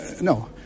no